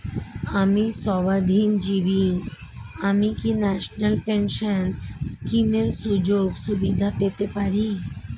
আমি স্বাধীনজীবী আমি কি ন্যাশনাল পেনশন স্কিমের সুযোগ সুবিধা পেতে পারি?